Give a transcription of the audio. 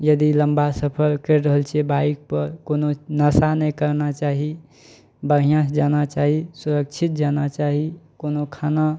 यदि लम्बा सफर करि रहल छियै बाइकपर कोनो नशा नहि करना चाही बढ़िआँसँ जाना चाही सुरक्षित जाना चाही कोनो खाना